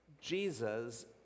Jesus